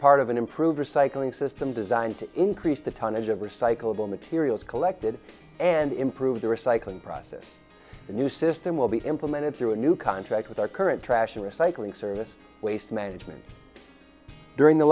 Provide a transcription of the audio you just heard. part of an improved recycling system designed to increase the tonnage of recyclable materials collected and improve the recycling process the new system will be implemented through a new contract with our current trash and recycling service waste management during the